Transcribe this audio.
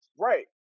Right